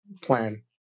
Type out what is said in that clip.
plan